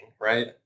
right